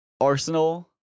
Arsenal